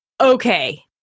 okay